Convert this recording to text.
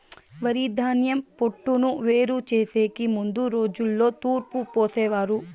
వరిధాన్యం పొట్టును వేరు చేసెకి ముందు రోజుల్లో తూర్పు పోసేవారు